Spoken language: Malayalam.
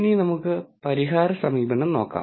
ഇനി നമുക്ക് പരിഹാര സമീപനം നോക്കാം